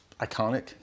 iconic